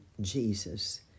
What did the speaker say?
Jesus